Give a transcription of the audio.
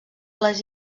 les